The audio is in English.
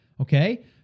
Okay